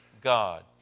God